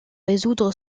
résoudre